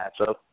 matchup